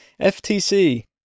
FTC